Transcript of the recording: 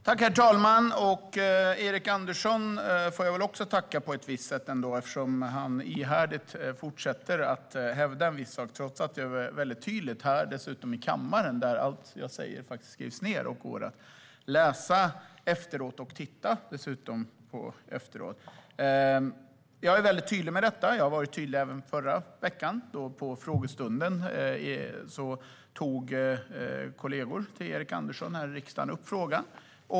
Herr talman! Jag får ändå på ett visst sätt tacka Erik Andersson. Han fortsätter ihärdigt att hävda en viss sak trots jag är väldigt tydlig här. Det är jag dessutom i kammaren där allt jag säger skrivs ned och går att läsa och dessutom titta på efteråt. Jag är väldigt tydlig med detta. Jag var tydlig även förra veckan. På frågestunden tog kollegor till Erik Andersson upp frågan här i riksdagen.